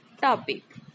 topic